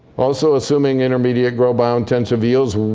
also assuming intermediate grow biointensive yields,